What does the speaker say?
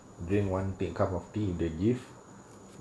drink one tea cup of tea if they give